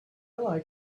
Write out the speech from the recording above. like